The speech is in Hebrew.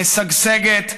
משגשגת,